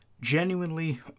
genuinely